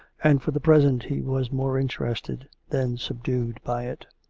and, for the present, he was more interested than subdued by it.